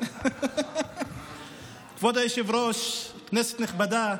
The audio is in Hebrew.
כבוד היושב-ראש, כנסת נכבדה,